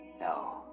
no